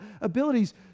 abilities